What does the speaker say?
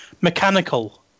mechanical